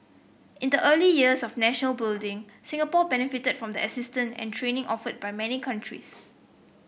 in the early years of national building Singapore benefited from the assistance and training offered by many countries